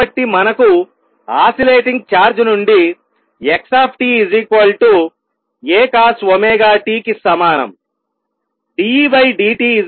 కాబట్టి మనకు oscillating charge నుండి x A cosωtకి సమానం